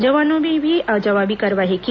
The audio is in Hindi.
जवानों ने भी जवाबी कार्रवाई की